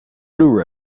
blu